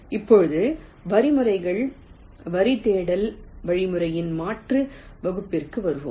இப்போது வழிமுறைகள் வரி தேடல் வழிமுறையின் மாற்று வகுப்பிற்கு வருவோம்